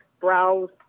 browse